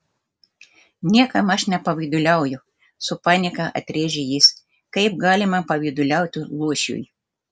niekam aš nepavyduliauju su panieka atrėžė jis kaip galima pavyduliauti luošiui